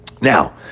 Now